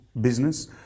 business